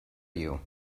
you